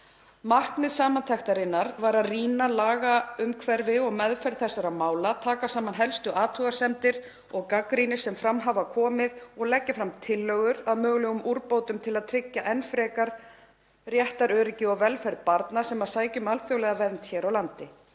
„Markmið samantektarinnar var að rýna lagaumhverfi og meðferð þessara mála, taka saman helstu athugasemdir og gagnrýni sem fram hafa komið og leggja fram tillögur að mögulegum úrbótum til að tryggja enn frekar réttaröryggi og velferð barna sem sækja um alþjóðlega vernd hér á landi.“